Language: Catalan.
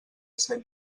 set